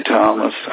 Thomas